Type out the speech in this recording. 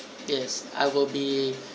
yes I will be